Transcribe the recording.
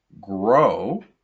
grow